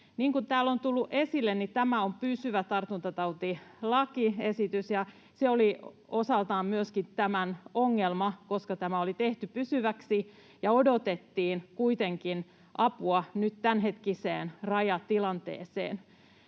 kuin täällä on tullut esille, tämä on pysyvä tartuntatautilakiesitys. Se oli myöskin osaltaan tämän ongelma, koska tämä oli tehty pysyväksi ja odotettiin kuitenkin apua nyt tämänhetkiseen rajatilanteeseen.